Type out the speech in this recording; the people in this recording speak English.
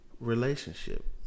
relationship